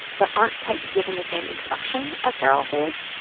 but aren't quite given the same introduction as geralt is.